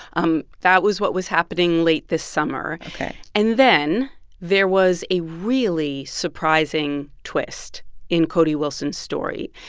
um that was what was happening late this summer ok and then there was a really surprising twist in cody wilson's story.